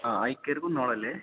ആ അയ്ക്കര് കുഞ്ഞോളല്ലേ